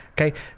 okay